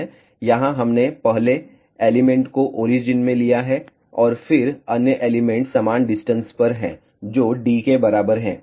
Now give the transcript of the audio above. यहां हमने पहले एलिमेंट को ओरिजिन में लिया है और फिर अन्य एलिमेंट समान डिस्टेंस पर हैं जो d के बराबर है